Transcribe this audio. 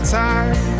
time